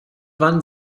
wann